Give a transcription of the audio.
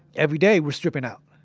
every day we're stripping out.